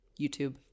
YouTube